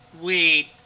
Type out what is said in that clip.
Wait